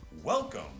Welcome